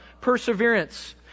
perseverance